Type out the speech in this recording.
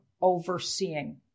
overseeing